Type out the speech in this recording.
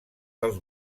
dels